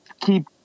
keep